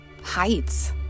Heights